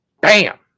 Bam